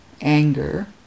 anger